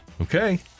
Okay